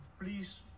please